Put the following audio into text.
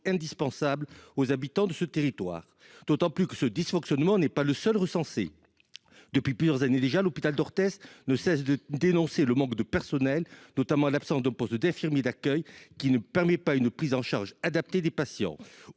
indispensable aux habitants de ce territoire ? D'autant plus que ce dysfonctionnement n'est pas le seul que l'on recense : depuis plusieurs années déjà, l'hôpital d'Orthez ne cesse de dénoncer le manque de personnel, notamment l'absence d'un poste d'infirmier d'accueil, qui empêche une prise en charge adaptée des patients.